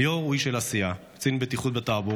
ליאור הוא איש של עשייה: קצין בטיחות בתעבורה,